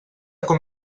com